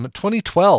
2012